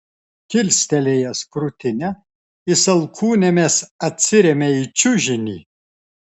kilstelėjęs krūtinę jis alkūnėmis atsiremia į čiužinį